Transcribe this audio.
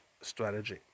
strategy